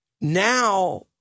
Now